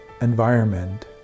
environment